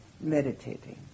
meditating